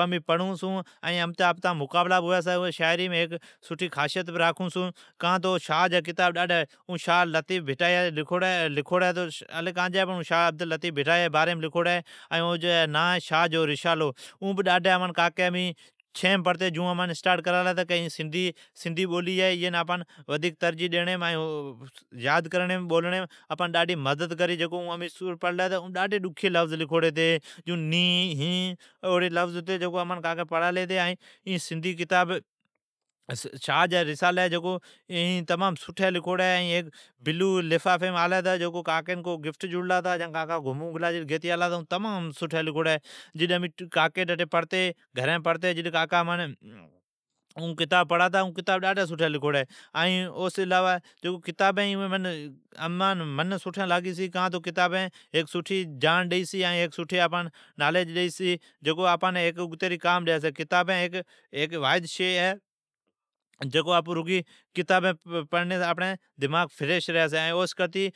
امین پڑھون چھون۔ ائین اوی شاعریم امچا مقابلا بھی ھوی چھی، ائین حیصیت بھی راکھی چھی کان تو وان "شاھ لطیف بھٹائیا جی کتاب ہے"۔ "شاھ جی رسالو"،اون کاکی امان کتاب چھیم مین پڑالی جکو امان کاکی پڑلی کیلی ائین کتاب سندھی بولی ھی اھین آپون ودیک ترجیع ڈھون ۔ پڑنیم امچی مدد کری۔ اوم ڈاڈھی ڈکھیی لفظ لکھوڑی ھتی جیون نینھن، ھینھن جکو کاکی امان پڑالی ھتی۔ "شاھ جی رسالی" تمام سٹھی لکھوڑی ہے۔ ائین این بلو لفافیمالی ھتی جکو کاکین گفٹ جڑلا ھتا، یا کاکا گمون گلا ھتا اٹھو سون گیتی آلا اون تمام سٹھی لکھوڑی ہے۔ امین اٹھی کاکی ٹھون پڑتی ائین کتاب ڈاڈھی سٹھی ؒکھوڑی ہے۔ کتابین منین سٹھین لاگی چھی، کان تو کتابین آپان سٹھی جاڑ ڈیئی چھی سٹھی نالیج ڈیئی چھی ائین اوا آپان اگتی کام آوی چھی۔ کتاب ھیک واحد شئی ہے جکو پڑنی سون کرتی آپڑین دماغ فریش ھوی چھی۔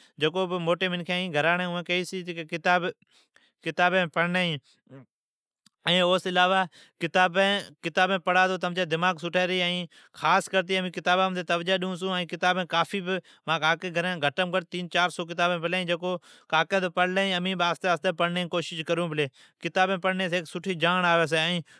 موٹی کیئی چھی، کتابین پڑانی ھی، کتابین پڑا تو تمچی دماغ سٹھی ریئی۔ امین کتابان بر گھڑین توجع ڈیئون چھون۔ مانجی کاکی گھرین گھٹ مہ گھٹ تین چار سئو کتابین پلین ھی، جکو کاکی تو پڑلین ائین ھمیناوین امین پڑھنی جی کوشیش کرون پلی۔ کتابین پڑنیس ھیک سٹھی جاڑ اوی چھی۔